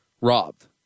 Robbed